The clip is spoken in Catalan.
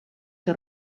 que